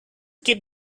keep